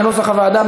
כנוסח הוועדה.